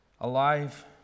alive